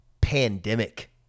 pandemic